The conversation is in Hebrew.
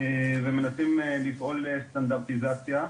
ומנסים לפעול לסטנדרטיזציה.